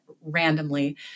randomly